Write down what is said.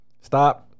Stop